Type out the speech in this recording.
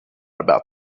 about